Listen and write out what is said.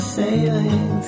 sailing